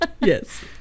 yes